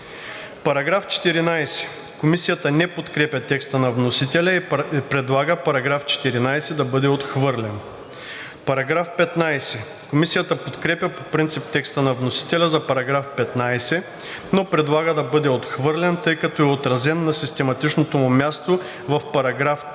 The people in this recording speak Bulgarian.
Ирландия.“ Комисията не подкрепя текста на вносителя и предлага § 14 да бъде отхвърлен. Комисията подкрепя по принцип текста на вносителя за § 15, но предлага да бъде отхвърлен, тъй като е отразен на систематичното му място в § 3, 5